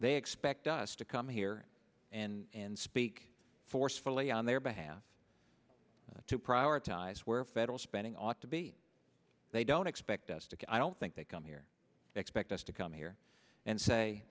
they expect us to come here and speak forcefully on their behalf to prioritize where federal spending ought to be they don't expect us to i don't think they come here expect us to come here and say